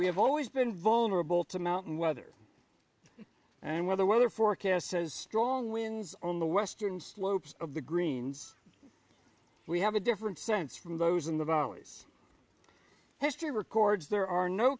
we have always been vulnerable to mountain weather and while the weather forecast says strong winds on the western slopes of the greens we have a different sense from those in the valleys history records there are no